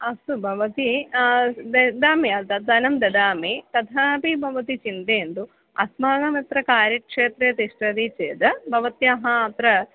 अस्तु भवती ददामि धनं ददामि तथापि भवति चिन्तयन्तु अस्माकम् अत्र कार्यक्षेत्रे तिष्ठति चेद् भवत्याः अत्र